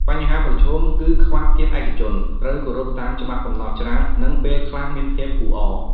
បញ្ហាប្រឈមគឺខ្វះភាពឯកជន ត្រូវគោរពតាមច្បាប់កំណត់ច្រើន និងពេលខ្លះមានភាពអ៊ូអរ។